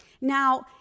Now